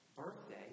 birthday